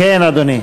כן, אדוני.